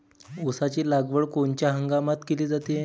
ऊसाची लागवड कोनच्या हंगामात केली जाते?